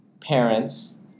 parents